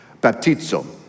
Baptizo